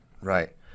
right